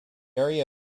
area